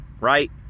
Right